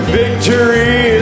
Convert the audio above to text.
victory